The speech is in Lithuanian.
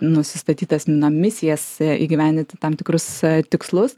nusistatytas na misijas įgyvendinti tam tikrus tikslus